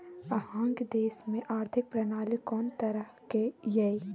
अहाँक देश मे आर्थिक प्रणाली कोन तरहक यै?